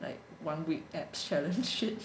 like one week abs challenge shit